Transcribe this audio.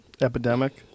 Epidemic